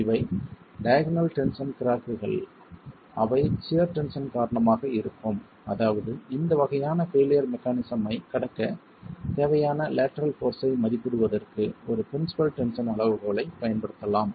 இவை diagonal tension கிராக்குகள் அவை சியர் டென்ஷன் காரணமாக இருக்கும் அதாவது இந்த வகையான பெய்லியர் மெக்கானிஸம் ஐக் கடக்கத் தேவையான லேட்டரல் போர்ஸ் ஐ மதிப்பிடுவதற்கு ஒரு பிரின்சிபல் டென்ஷன் அளவுகோலைப் பயன்படுத்தலாம்